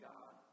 God